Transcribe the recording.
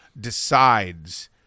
decides